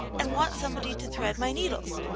and want somebody to thread my needles.